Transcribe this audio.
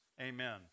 Amen